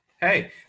hey